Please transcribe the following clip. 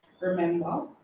remember